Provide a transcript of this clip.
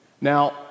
Now